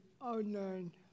online